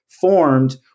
formed